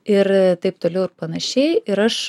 ir taip toliau ir panašiai ir aš